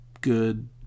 good